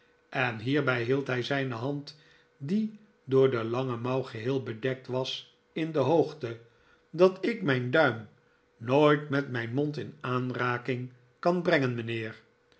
en hierbij hield hij zijne hand die door de lange mouw geheel bedekt was in de hoogte dat ik mijn duim de grappige billy nooit met mijn mond in aanraking kan brengen mynheer